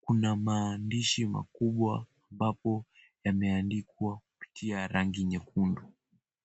kuna maandishi makubwa ambapo yameandikwa kupitia rangi nyekundu.